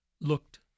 looked